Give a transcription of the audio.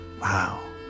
Wow